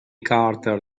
carter